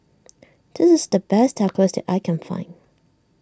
this is the best Tacos that I can find